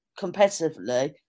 competitively